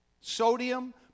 sodium